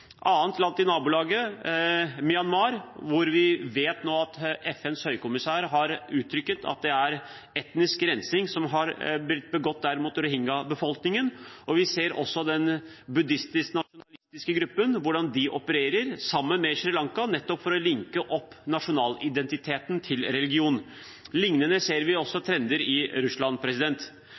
annet land i nabolaget er Myanmar, hvor FNs høykommissær har uttrykt at det er blitt begått etnisk rensing mot rohingya-befolkningen. Vi ser også hvordan den buddhistisk nasjonalistiske gruppen opererer der, sammen med Sri Lanka, nettopp for å linke opp nasjonalidentiteten til religion. Lignende trender ser vi også i Russland.